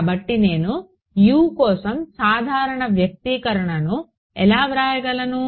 కాబట్టి నేను U కోసం సాధారణ వ్యక్తీకరణను ఎలా వ్రాయగలను